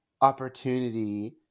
opportunity